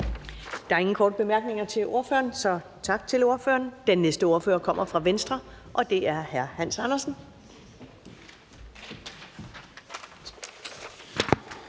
Der er ingen korte bemærkninger til ordføreren, så tak til ordføreren. Den næste ordfører kommer fra Venstre, og det er hr. Hans Andersen.